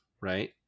right